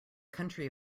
country